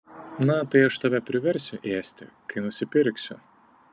na tai aš tave priversiu ėsti kai nusipirksiu